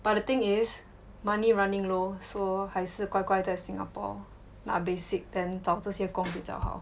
but the thing is money running low so 还是乖乖在 singapore 拿 basic then 找这些工比较好